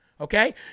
okay